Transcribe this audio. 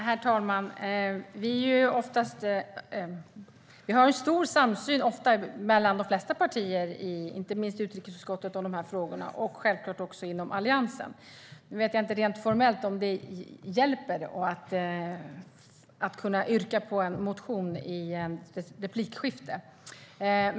Herr talman! Det råder ofta stor samsyn mellan de flesta partier om de här frågorna, inte minst i utrikesutskottet och självklart inom Alliansen. Jag vet inte om det rent formellt hjälper att yrka bifall till en motion i ett replikskifte.